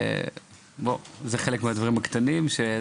זה חלק מהדברים הקטנים.